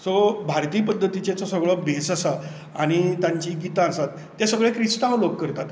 so भारतीय पध्दतीचो सगळो भेस आसा आनी तांचीं गितां आसात तें सगलें क्रिस्तांव लोक करतात